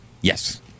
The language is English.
Yes